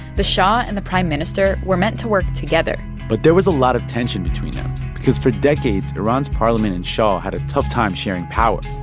the shah and the prime minister were meant to work together but there was a lot of tension between them because for decades, iran's parliament and shah had a tough time sharing power.